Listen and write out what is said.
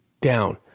down